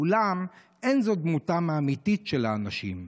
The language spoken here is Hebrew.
אולם אין זאת דמותם האמיתית של האנשים,